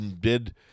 bid